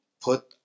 put